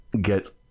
get